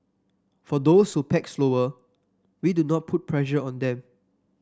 for those who pack slower we do not put pressure on them